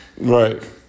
Right